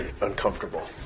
uncomfortable